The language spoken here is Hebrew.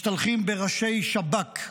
משתלחים בראשי שב"כ.